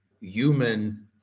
human